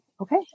Okay